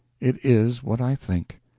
it is what i think.